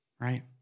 right